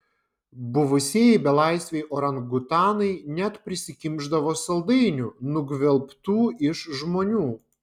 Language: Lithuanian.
buvusieji belaisviai orangutanai net prisikimšdavo saldainių nugvelbtų iš žmonių